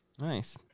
Nice